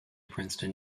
princeton